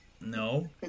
no